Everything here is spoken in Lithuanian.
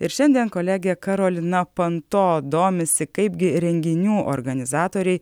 ir šiandien kolegė karolina panto domisi kaipgi renginių organizatoriai